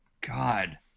God